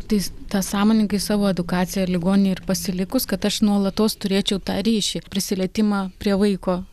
tais tą sąmoningai savo edukaciją ligoninėj ir pasilikus kad aš nuolatos turėčiau tą ryšį prisilietimą prie vaiko